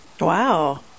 Wow